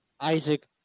Isaac